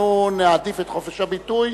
אנחנו נעדיף את חופש הביטוי,